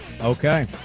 Okay